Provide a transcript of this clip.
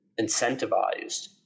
incentivized